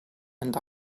and